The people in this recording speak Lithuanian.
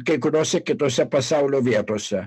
kai kuriose kitose pasaulio vietose